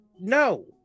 no